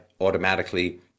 automatically